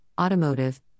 automotive